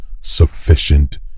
sufficient